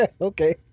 Okay